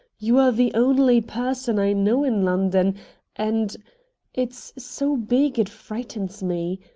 you are the only person i know in london and it's so big it frightens me.